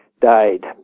died